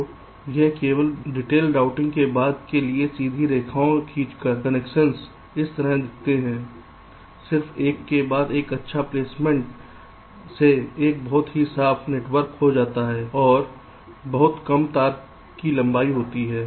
तो यह केवल विस्तार राउटिंग के बाद के लिए सीधी रेखा खींचकर है कनेक्शन इस तरह दिखते हैं सिर्फ एक के लिए एक अच्छा प्लेसमेंट से एक बहुत ही साफ़ नेटवर्क होता है और बहुत कम तार लंबाई होती है